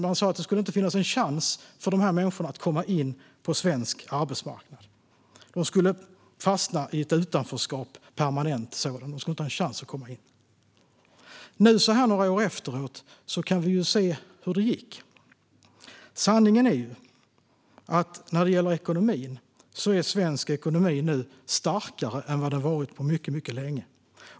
Man sa att det inte skulle finnas en chans för dessa människor att komma in på svensk arbetsmarknad. De skulle fastna i ett permanent utanförskap, sa man, och inte ha en chans att komma in. Så här några år efteråt kan vi ju se hur det gick. Sanningen är att svensk ekonomi är starkare än vad den varit på mycket länge.